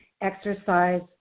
exercise